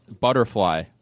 Butterfly